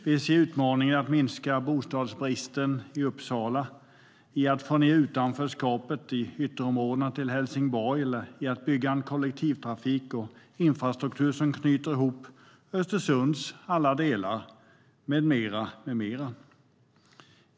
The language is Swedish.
Vi ser utmaningar i att minska bostadsbristen i Uppsala, i att minska utanförskapet i ytterområdena till Helsingborg eller i att bygga en kollektivtrafik och infrastruktur som knyter ihop Östersunds alla delar med mera.